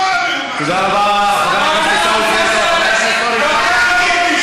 תודה רבה, חבר הכנסת עיסאווי פריג'.